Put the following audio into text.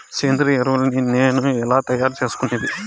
సేంద్రియ ఎరువులని నేను ఎలా తయారు చేసుకునేది?